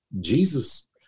Jesus